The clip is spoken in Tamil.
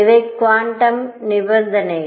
இவை குவாண்டம் நிபந்தனைகள்